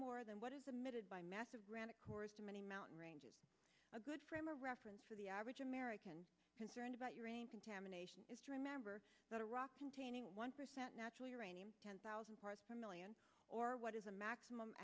more than what is a mid by massive rannoch course in many mountain ranges a good frame of reference for the average american concerned about your contamination is to remember that a rock containing one percent natural uranium ten thousand parts per million or what is the maximum